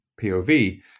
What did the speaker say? pov